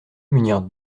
munir